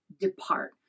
depart